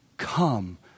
Come